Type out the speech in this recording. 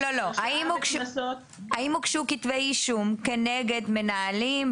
האם הוגשו כתבי אישום כנגד מנהלים,